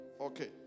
Okay